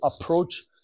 approach